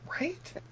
Right